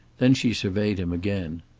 then she surveyed him again.